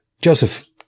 Joseph